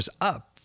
up